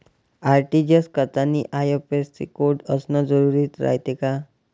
RTGS करतांनी IFSC code असन जरुरी रायते का?